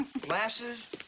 glasses